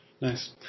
Nice